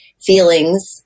feelings